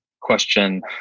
question